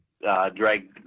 Drag